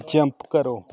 jump करो